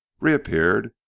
reappeared